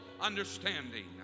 understanding